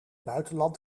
buitenland